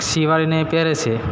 સીવડાવીને પહેરે છે